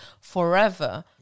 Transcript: forever